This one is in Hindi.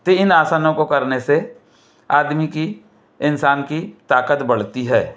तो इन आसनों को करने से आदमी की इंसान की ताकत बढ़ती है